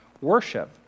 worship